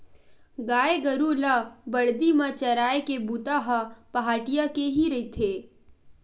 गाय गरु ल बरदी म चराए के बूता ह पहाटिया के ही रहिथे